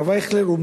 הרב אייכלר,